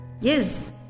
Yes